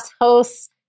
hosts